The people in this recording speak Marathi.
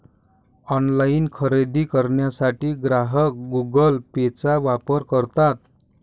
ऑनलाइन खरेदी करण्यासाठी ग्राहक गुगल पेचा वापर करतात